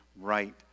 right